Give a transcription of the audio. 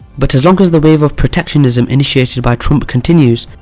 but as long as the wave of protectionism initiated by trump continues,